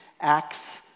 Acts